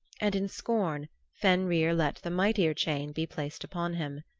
and in scorn fenrir let the mightier chain be placed upon him.